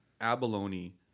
abalone